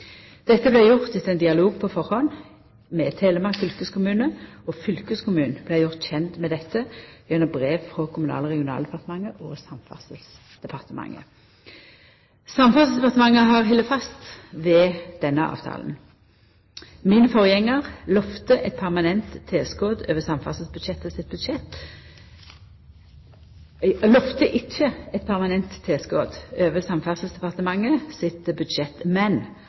med Telemark fylkeskommune, og fylkeskommunen vart gjord kjend med dette gjennom brev frå Kommunal- og regionaldepartementet og Samferdselsdepartementet. Samferdselsdepartementet har halde fast ved denne avtalen. Min forgjengar lova ikkje eit permanent tilskot over Samferdselsdepartementet sitt budsjett,